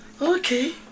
Okay